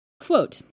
Quote